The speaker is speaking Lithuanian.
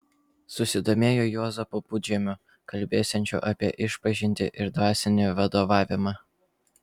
susidomėjo juozapu pudžemiu kalbėsiančiu apie išpažintį ir dvasinį vadovavimą